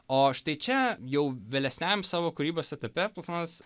o štai čia jau vėlesniąjam savo kūrybos etape platonas